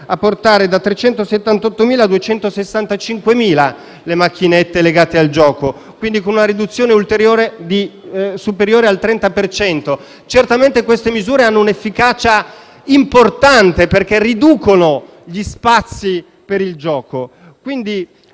a portare da 378.000 a 265.000 le macchinette legate al gioco, con una riduzione superiore al 30 per cento. Certamente queste misure hanno un'efficacia importante, perché riducono gli spazi per il gioco.